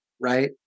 right